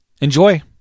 Enjoy